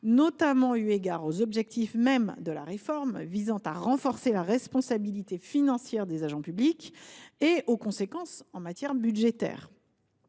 notamment eu égard aux objectifs mêmes de la réforme visant à renforcer la responsabilité financière des agents publics et aux conséquences en matière budgétaire.